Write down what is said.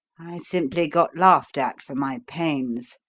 simply got laughed at for my pains.